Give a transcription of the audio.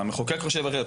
המחוקק חושב אחרת,